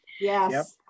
Yes